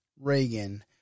Reagan